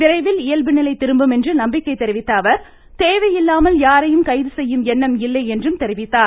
விரைவில் இயல்புநிலை திரும்பும் என்று நம்பிக்கை தெரிவித்தஅவர் தேவையில்லாமல் யாரையும் கைது செய்யும் எண்ணம் இல்லை என்றும் தெரிவித்தார்